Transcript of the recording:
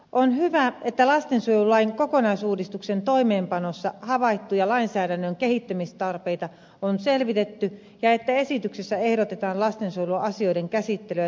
on hyvä että lastensuojelulain kokonaisuudistuksen toimeenpanossa havaittuja lainsäädännön kehittämistarpeita on selvitetty ja että esityksessä ehdotetaan lastensuojeluasioiden käsittelyä nopeuttavia muutoksia